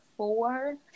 four